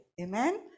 Amen